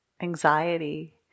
anxiety